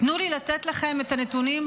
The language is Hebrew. תנו לי לתת לכם את הנתונים,